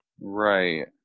Right